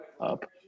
up